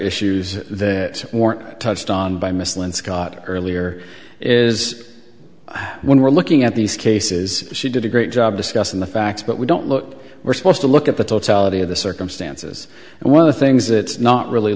issues that weren't touched on by mr lindh scott earlier is when we're looking at these cases she did a great job discussing the facts but we don't look we're supposed to look at the totality of the circumstances and one of the things it's not really